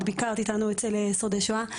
ביקרת איתנו אצל שורדי שואה.